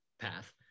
path